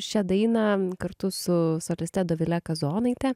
šią dainą kartu su soliste dovile kazonaite